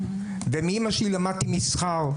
ומאימא שלי למדתי מסחר.